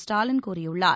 ஸ்டாலின் கூறியுள்ளார்